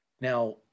Now